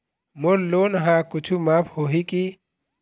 मोर loan हा कुछू माफ होही की?